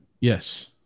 Yes